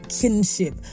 kinship